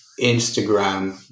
Instagram